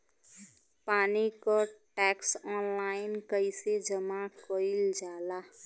पानी क tax online कईसे जमा कईल जाला?